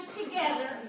together